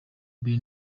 mbere